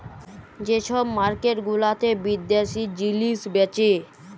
যে ছব মার্কেট গুলাতে বিদ্যাশি জিলিস বেঁচে